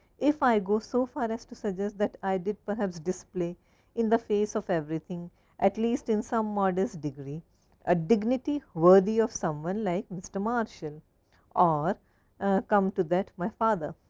if i go so far as to suggest that i did perhaps display in the face of everything at least in some modest degree a dignity worthy of someone like mr. marshal or come to that my father.